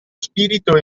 spirito